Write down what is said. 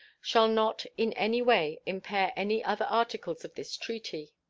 shall not in any way impair any other articles of this treaty.